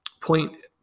point